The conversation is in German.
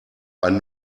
ein